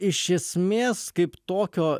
iš esmės kaip tokio